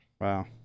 Wow